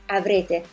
avrete